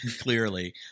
clearly